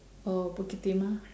or bukit-timah